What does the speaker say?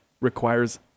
requires